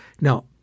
Now